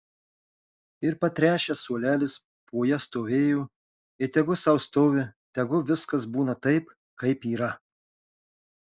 ir patręšęs suolelis po ja stovėjo ir tegu sau stovi tegu viskas būna taip kaip yra